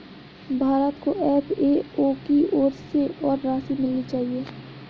भारत को एफ.ए.ओ की ओर से और राशि मिलनी चाहिए